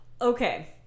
Okay